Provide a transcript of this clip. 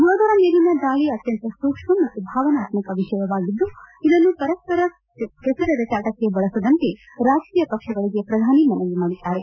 ಯೋಧರ ಮೇಲಿನ ದಾಳಿ ಅತ್ಯಂತ ಸೂಕ್ಷ್ಮ ಮತ್ತು ಭಾವನಾತ್ಮಕ ವಿಷಯವಾಗಿದ್ದು ಇದನ್ನು ಪರಸ್ಪರ ಕೆಸರೆರಚಾಟಕ್ಕೆ ಬಳಸದಂತೆ ರಾಜಕೀಯ ಪಕ್ಷಗಳಿಗೆ ಪ್ರಧಾನಿ ಮನವಿ ಮಾಡಿದ್ದಾರೆ